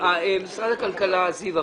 משרד הכלכלה, זיוה.